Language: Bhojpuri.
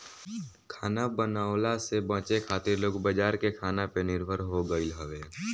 खाना बनवला से बचे खातिर लोग बाजार के खाना पे निर्भर हो गईल हवे